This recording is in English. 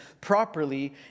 properly